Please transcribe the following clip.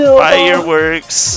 fireworks